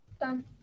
Done